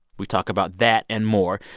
we talk about that and more,